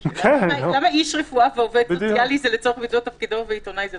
למה איש רפואה ועובד סוציאלי זה לצורך ביצוע תפקידו ועיתונאי לא?